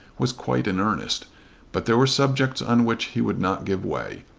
was quite in earnest but there were subjects on which he would not give way.